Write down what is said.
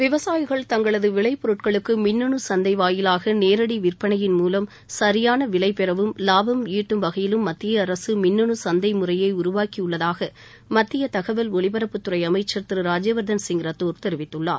விவசாயிகள் தங்களது விளை பொருட்களுக்கு மின்னணு சந்தை வாயிலாக நேரடி விற்பனையின் மூலம் விலை பெறவும் இலாபம் ஈட்டும் வகையிலும் மத்திய அரசு மின்னனு சந்தை முறையை சரிபான உருவாக்கியுள்ளதாக மத்திய தகவல் ஒலிபரப்புத்துறை அமைச்சர் திரு ராஜ்யவர்தன் சிங் ரத்தோர் தெரிவித்துள்ளார்